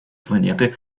планеты